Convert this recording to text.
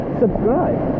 subscribe